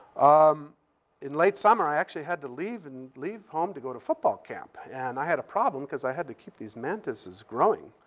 um in late summer, i actually had to leave and leave home to go to football camp, and i had a problem cause i had to keep these mantises growing.